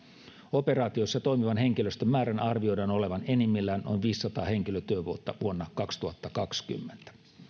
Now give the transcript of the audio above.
operaatioissa toimivan henkilöstön määrän arvioidaan olevan enimmillään noin viisisataa henkilötyövuotta vuonna kaksituhattakaksikymmentä